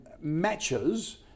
matches